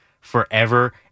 forever